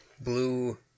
Blue